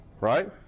right